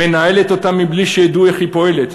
מנהלת אותם מבלי שידעו איך היא פועלת.